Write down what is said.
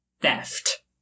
theft